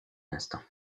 instant